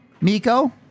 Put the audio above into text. Miko